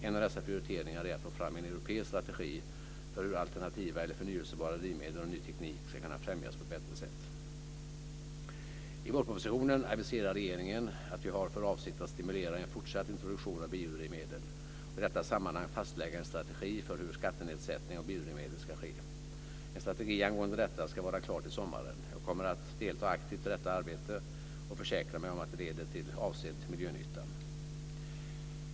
En av dessa prioriteringar är att få fram en europeisk strategi för hur alternativa eller förnybara drivmedel och ny teknik ska kunna främjas på ett bättre sätt. I vårpropositionen aviserar regeringen att vi har för avsikt att stimulera en fortsatt introduktion av biodrivmedel och i detta sammanhang fastlägga en strategi för hur skattenedsättning av biodrivmedel ska ske. En strategi angående detta ska vara klar till sommaren. Jag kommer att aktivt delta i detta arbete och försäkra mig om att det leder till avsedd miljönytta.